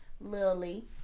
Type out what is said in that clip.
Lily